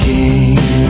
King